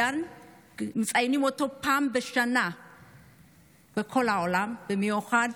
מציינים אותו אחת לשנה בכל העולם, במיוחד